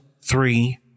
three